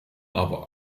aber